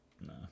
No